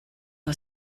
nur